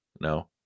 No